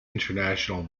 international